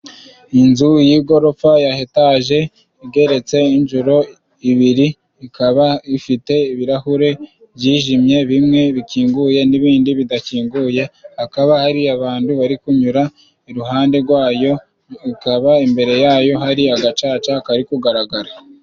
Inzu y'igorofa ya etaje igeretse inshuro ibiri, ikaba ifite ibirahure byijimye, bimwe bikinguye n'ibindi bidakinguye, hakaba hari abantu bari kunyura iruhande gwayo, ikaba imbere yayo hari agacaca kari kugaragara.